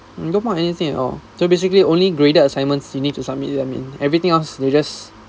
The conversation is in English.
they don't mark anything at all so basically only graded assignments you need to submit them in everything else they just